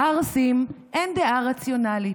לערסים אין דעה רציונלית,